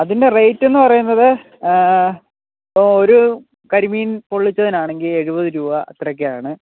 അതിൻ്റെ റേറ്റെന്ന് പറയുന്നത് ഇപ്പോൾ ഒരു കരിമീൻ പൊള്ളിച്ചതിനാണെങ്കിൽ എഴുപത് രൂപ അത്രയൊക്കെയാണ്